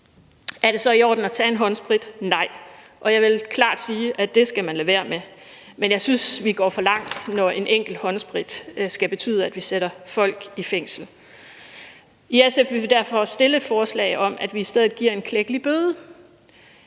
Er det så i orden at tage en håndsprit? Nej, og jeg vil klart sige, at det skal man lade være med. Men jeg synes, vi går for langt, når en enkelt håndsprit skal betyde, at vi sætter folk i fængsel. I SF vil vi derfor stille et forslag om, at vi i stedet giver en klækkelig bøde.